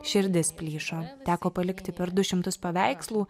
širdis plyšo teko palikti per du šimtus paveikslų